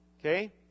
okay